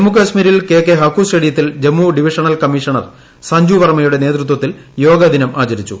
ജമ്മുകശ്മീരിൽ K K Hakku സ്റ്റേഡിയത്തിൽ Jammu divisional commissioner Sanju വർമ്മയടെ നേതൃത്വത്തിൽ യോഗദിനം ആചരിച്ചു